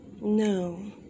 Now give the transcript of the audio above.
No